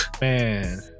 man